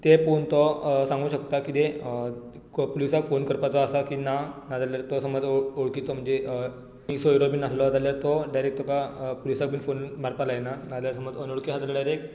ते पळोवन तो सांगूंक शकता कितें पुलिसाक फोन करपाचो आसा की ना नाज्यार तो समज वळ वळखीचो म्हणजे कोणूय सोयरो बी नासलो जाल्यार तो डायरेक्ट तुका पुलिसाक बी फोन मारपाक लायना ना जाल्यार अनवळखी जाल्यार एक